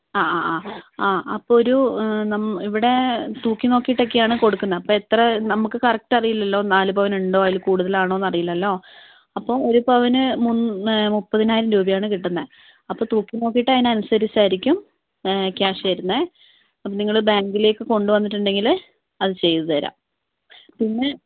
ആ ആ ആ ആ അപ്പോഴൊരു ഇവിടെ തൂക്കി നോക്കിയിട്ടൊക്കെയാണ് കൊടുക്കുന്നത് അപ്പോൾ എത്ര നമുക്ക് കറക്ട് അറിയില്ലല്ലോ നാല് പവനുണ്ടോ അതിൽ കൂടുതലാണോയെന്ന് അറിയില്ലല്ലോ അപ്പോൾ ഒരു പവന് മുപ്പതിനായിരം രുപയാണ് കിട്ടുന്നത് അപ്പോൾ തൂക്കി നോക്കിയിട്ട് അതിനനുസരിച്ചായിരിക്കും ക്യാഷ് തരുന്നത് അപ്പോൾ നിങ്ങൾ ബാങ്കിലേക്ക് കൊണ്ടുവന്നിട്ടുണ്ടെങ്കിൽ അത് ചെയ്തു തരാം പിന്നെ